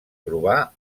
trobà